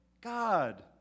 God